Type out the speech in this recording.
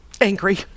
angry